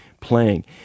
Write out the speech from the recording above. playing